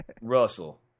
Russell